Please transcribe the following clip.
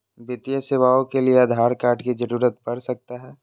वित्तीय सेवाओं के लिए आधार कार्ड की जरूरत पड़ सकता है?